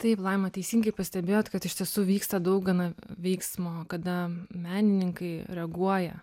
taip laima teisingai pastebėjot kad iš tiesų vyksta daug gana veiksmo kada menininkai reaguoja